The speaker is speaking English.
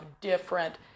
different